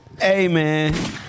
Amen